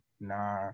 nah